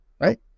right